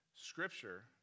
Scripture